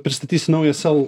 pristatysi naują sel